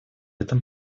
этом